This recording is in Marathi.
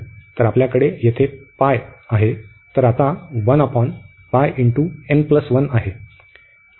तर आपल्याकडे येथे आहे तर आता आहे